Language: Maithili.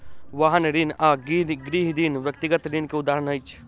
वाहन ऋण आ गृह ऋण व्यक्तिगत ऋण के उदाहरण अछि